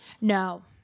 no